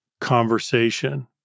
Conversation